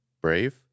brave